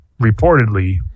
reportedly